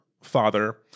father